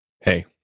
Hey